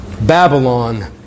Babylon